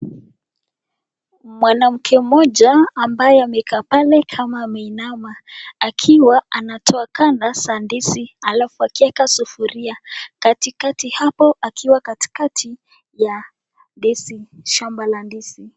Mwanamke mmoja ambaye amekaa pale kama ameinama akiwa anatoa ganda za ndizi alafu akieka sufuria katikati hapo akiwa katikati ya shamba la ndizi.